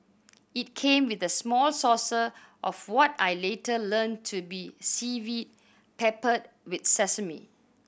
it came with a small saucer of what I later learnt to be seaweed peppered with sesame